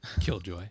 Killjoy